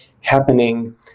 happening